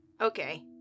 Okay